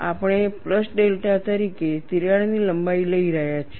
આપણે plus delta તરીકે તિરાડની લંબાઈ લઈ રહ્યા છીએ